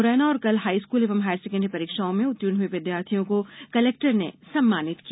मुरैना और कल हाईस्कूल एवं हायर सेकेण्डरी परीक्षाओं में उत्तीर्ण हुए विद्यार्थियों को कलेक्टर ने सम्मानित किया